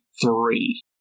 three